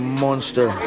monster